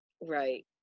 right